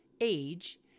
age